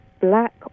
black